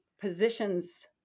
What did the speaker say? positions